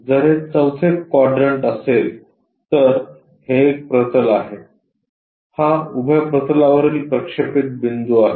जर हे चौथे क्वाड्रंट असेल तर हे एक प्रतल आहे हा उभ्या प्रतलावरील प्रक्षेपित बिंदू आहे